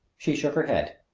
she shook her head.